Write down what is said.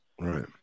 right